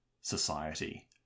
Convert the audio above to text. society